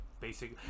basic